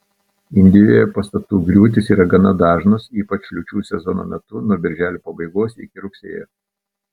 indijoje pastatų griūtys yra gana dažnos ypač liūčių sezono metu nuo birželio pabaigos iki rugsėjo